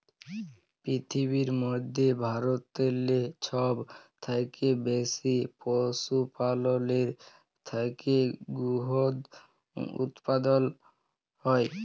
পিরথিবীর মইধ্যে ভারতেল্লে ছব থ্যাইকে বেশি পশুপাললের থ্যাইকে দুহুদ উৎপাদল হ্যয়